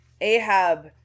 Ahab